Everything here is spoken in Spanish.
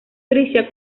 frisia